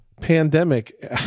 pandemic